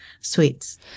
sweets